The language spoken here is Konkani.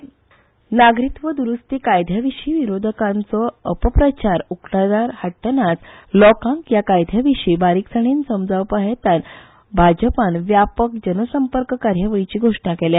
बीजेपी सीएए नागरिकत्व द्रुस्ती कायद्याविशी विरोधकांचो अपप्रचार उक्ताडार हाडटनाच लोकांक ह्या कायद्याविशी बारीकसाणी समजावपा हेतान भाजपान व्यापक जनसंपर्क कार्यावळीची घोषणा केल्या